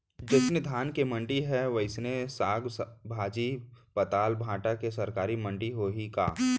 जइसे धान के मंडी हे, वइसने साग, भाजी, पताल, भाटा के सरकारी मंडी होही का?